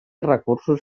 recursos